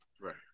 Right